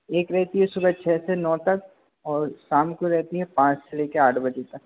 एक रहती है सुबह छः से नौ तक और शाम को रहती है पाँच से लेकर के आठ बजे तक ठीक है